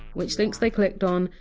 which links they clicked on,